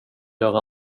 göra